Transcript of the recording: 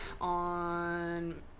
on